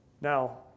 Now